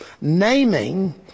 Naming